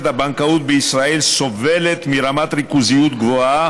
הבנקאות בישראל סובלת מרמת ריכוזיות גבוהה